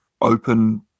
open